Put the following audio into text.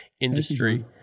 industry